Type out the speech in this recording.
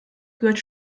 gehört